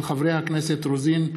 מאת חברי הכנסת מיכל רוזין,